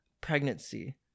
pregnancy